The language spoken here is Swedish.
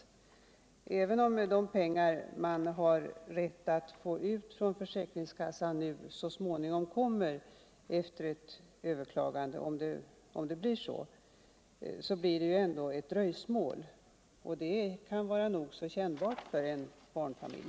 21 Även om de pengar vederbörande har rätt att få ut från försäkringskassan kommer så småningom, efter ett överklagande, så blir det ju ett dröjsmål, och det kan vara nog så kännbart för en barnfamilj.